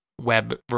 web